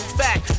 fact